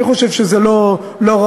אני חושב שזה לא ראוי.